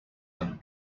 but